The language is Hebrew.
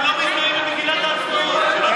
הם לא מזדהים עם מגילת העצמאות.